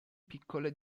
piccole